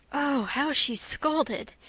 oh, how she scolded.